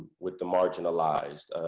with the marginalized,